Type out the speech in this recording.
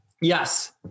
Yes